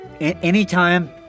Anytime